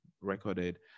recorded